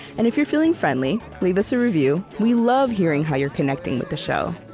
and if you're feeling friendly, leave us a review we love hearing how you're connecting with the show.